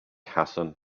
hassan